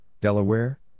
Delaware